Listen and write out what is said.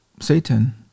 Satan